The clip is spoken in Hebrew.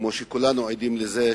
כמו שכולנו עדים לזה,